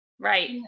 Right